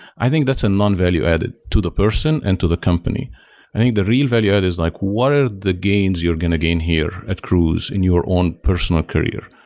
i think that's a non-value added to the person and to the company i think the real value add is like what what are the gains you're going to gain here at cruise in your own personal career?